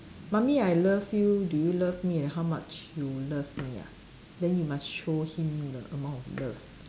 mummy I love you do you love me and how much you love me ah then you must show him the amount of love